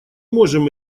можем